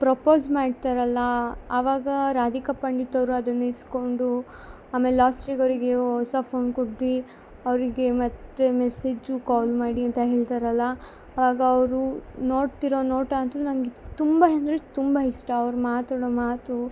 propose ಮಾಡ್ತಾರಲ್ಲ ಅವಾಗ ರಾಧಿಕಾ ಪಂಡಿತವರು ಅದನ್ನ ಇಸ್ಕೊಂಡು ಆಮೇಲೆ ಲಾಸ್ಟ್ಗೆ ಅವರಿಗೆ ಹೊಸ ಫೋನ್ ಕುಡ್ದಿ ಅವರಿಗೆ ಮತ್ತು ಮೆಸ್ಸೇಜು ಕಾಲ್ ಮಾಡಿ ಅಂತ ಹೇಳ್ತಾರಲ್ಲ ಆಗ ಅವರು ನೋಡ್ತಿರೋ ನೋಟ ಅಂತು ನನಗೆ ತುಂಬಾ ಅಂದರೆ ತುಂಬ ಇಷ್ಟ ಅವ್ರು ಮಾತಾಡೋ ಮಾತು